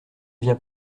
vient